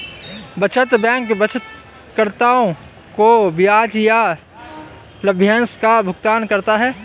बचत बैंक बचतकर्ताओं को ब्याज या लाभांश का भुगतान करता है